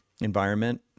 environment